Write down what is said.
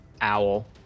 owl